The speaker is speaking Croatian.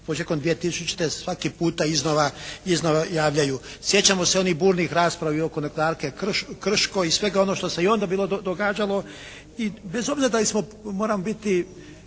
početkom 2000. svaki puta iznova javljaju. Sjećamo se onih burnih rasprava i oko nuklearke "krško" i svega onoga što se i onda bilo događalo. I bez obzira da li smo, moram biti